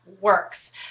works